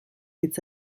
hitz